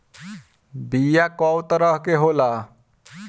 बीया कव तरह क होला?